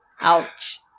Ouch